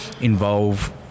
involve